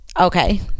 Okay